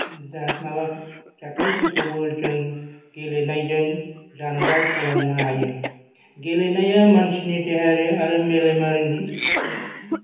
जा माबाफोर जाथायफोरखौबो जों गेलेनायजों जानगार खालामनो हायो गेलेनाया मानसिनि देहायारि आरो मेलेमारिखौ